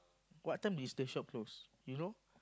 what time is the shop close you know